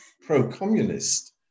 pro-communist